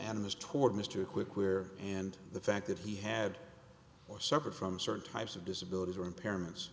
animus toward mr quick where and the fact that he had suffered from certain types of disabilities or impairment